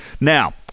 Now